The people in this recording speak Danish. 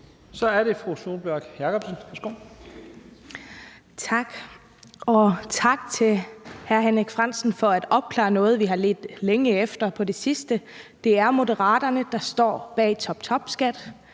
Kl. 11:39 Sólbjørg Jakobsen (LA): Tak, og tak til hr. Henrik Frandsen for at opklare noget, vi har ledt længe efter på det sidste. Det er Moderaterne, der står bag toptopskat.